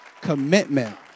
commitment